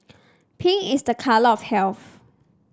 pink is the colour of health